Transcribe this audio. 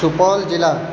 सुपौल जिला